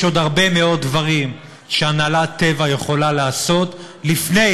יש עוד הרבה מאוד דברים שהנהלת טבע יכולה לעשות לפני